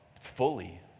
fully